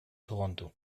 toronto